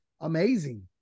amazing